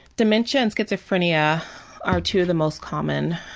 dementia and schizophrenia are two of the most common